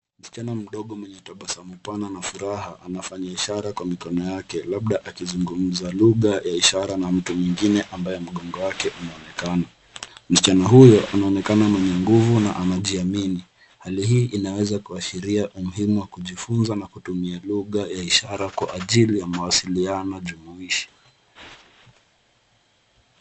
Msichana mdogo mwenye tabasamu pana anafuraha, anafanya ishara kwenye mikono yake labda akizungumza lugha ya ishara na mtu mwingine ambaye mgongo wake unaonekana. Msichana huyo anaonekana mwenye nguvu na anajiamini, hali hii inaweza kuashiria umuhimu wa kujifunza na kutumia lugha ya ishara kwa ajili ya masiliano jumuisha.